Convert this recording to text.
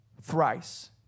thrice